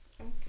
Okay